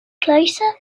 closer